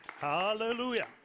Hallelujah